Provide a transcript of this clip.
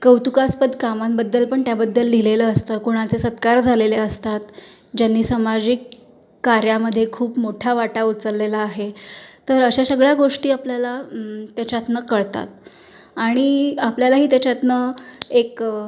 कौतुकास्पद कामांबद्दल पण त्याबद्दल लिहिलेलं असतं कुणाचे सत्कार झालेले असतात ज्यांनी सामाजिक कार्यामध्ये खूप मोठा वाटा उचललेला आहे तर अशा सगळ्या गोष्टी आपल्याला त्याच्यातून कळतात आणि आपल्यालाही त्याच्यातून एक